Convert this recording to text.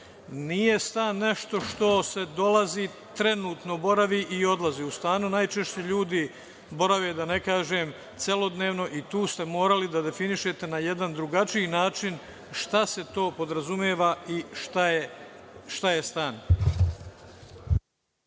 Nije stan nešto u šta se dolazi, trenutno boravi i odlazi. U stanu najčešće ljudi borave, da ne kažem, celodnevno i tu ste morali da definišite na jedan drugačiji način šta se to podrazumeva i šta je stan.